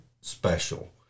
special